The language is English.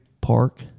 Park